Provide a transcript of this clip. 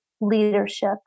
leadership